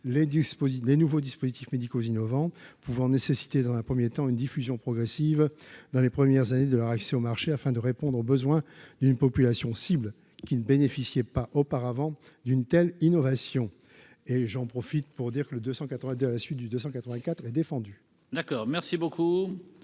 des nouveaux dispositifs médicaux innovants pouvant nécessiter dans un 1er temps une diffusion progressive dans les premières années de leur accès au marché afin de répondre aux besoins d'une population cible, qui ne bénéficiait pas auparavant d'une telle innovation et j'en profite pour dire que le 282 à la suite du 284 et défendu. D'accord, merci beaucoup,